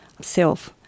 self